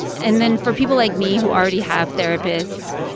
and then, for people like me who already have therapists,